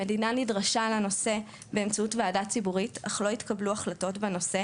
המדינה נדרשה לנושא באמצעות ועדה ציבורית אך לא התקבלו החלטות בנושא